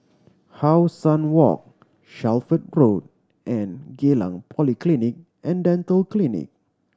How Sun Walk Shelford Road and Geylang Polyclinic And Dental Clinic